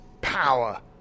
power